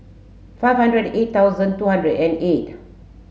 five hundred eight thousand two hundred and eight